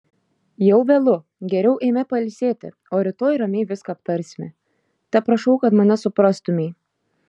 jau vėlu geriau eime pailsėti o rytoj ramiai viską aptarsime teprašau kad mane suprastumei